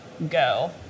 go